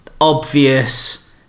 obvious